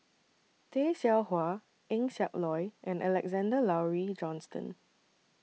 Tay Seow Huah Eng Siak Loy and Alexander Laurie Johnston